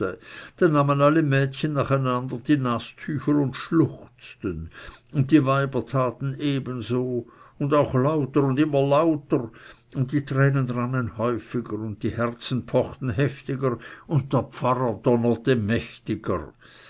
da nahmen alle mädchen nach einander die nastücher und schluchzten und die weiber taten ebenso und auch lauter und immer lauter und die tränen rannen häufiger und die herzen pochten heftiger und der pfarrer donnerte mächtiger